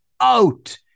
out